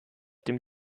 dem